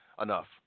enough